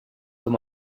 com